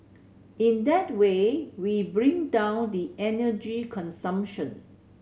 in that way we bring down the energy consumption